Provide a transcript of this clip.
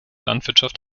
landwirtschaft